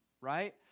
right